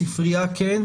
ספרייה כן,